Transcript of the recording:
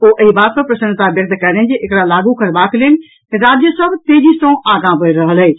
ओ एहि बात पर प्रसन्नता व्यक्त कयलनि जे एकरा लागू करबाक लेल राज्य सभ तेजी सॅ आगॉ बढ़ि रहल अछि